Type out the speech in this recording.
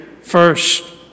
first